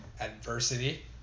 adversity